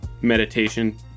meditation